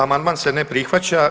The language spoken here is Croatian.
Amandman se ne prihvaća.